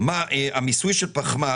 המיסוי של פחמן,